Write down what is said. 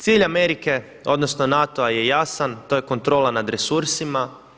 Cilj Amerike odnosno NATO-a je jasan, to je kontrola nad resursima.